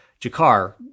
Jakar